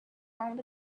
found